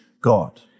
God